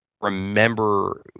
remember